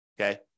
okay